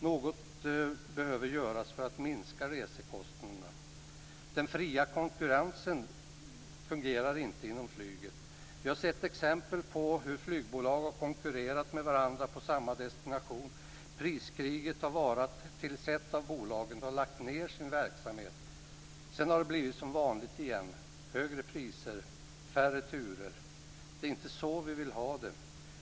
Något behöver göras för att minska resekostnaderna. Den fria konkurrensen fungerar inte inom flyget. Vi har sett exempel på hur flygbolag har konkurrerat med varandra på samma destination. Priskriget har varat tills ett av bolagen har lagt ned sin verksamhet. Sedan har det blivit som vanligt igen: högre priser, färre turer. Det är inte så vi vill ha det.